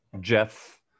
Jeff